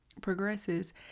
progresses